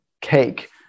cake